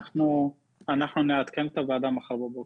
מחר בבוקר?